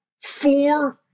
four